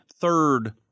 third